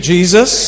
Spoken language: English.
Jesus